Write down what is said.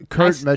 Kurt